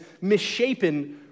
misshapen